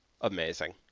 Amazing